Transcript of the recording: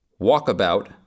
walkabout